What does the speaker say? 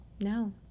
No